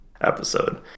episode